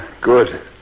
Good